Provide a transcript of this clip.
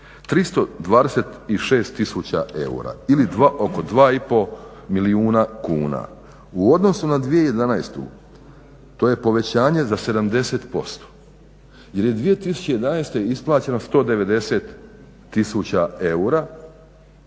326 tisuća eura ili oko 2,5 milijuna kuna. U odnosu na 2011.to je povećanje za 70% jer je 2011.isplaćeno 190 tisuća eura